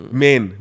main